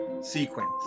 sequence